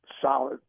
solid